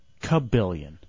Cabillion